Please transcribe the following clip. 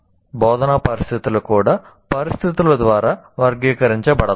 బోధనా పరిస్థితులు కూడా పరిస్థితుల ద్వారా వర్గీకరించబడతాయి